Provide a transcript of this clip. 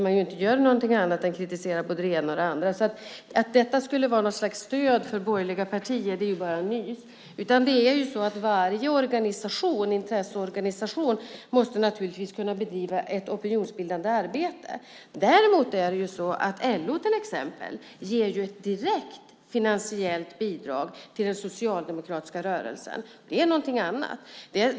Man gör ju inte annat än kritiserar både det ena och det andra, så att detta skulle vara ett slags stöd för borgerliga partier är bara nys. Varje intresseorganisation måste naturligtvis kunna bedriva ett opinionsbildande arbete. Däremot är det till exempel så att LO ger ett direkt finansiellt bidrag till den socialdemokratiska rörelsen; det är någonting annat.